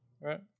right